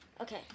okay